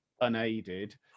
unaided